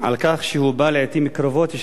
על כך שהוא בא לעתים קרובות,